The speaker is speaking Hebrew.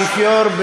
האפיפיור,